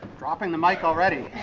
dropping the mic already.